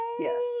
Yes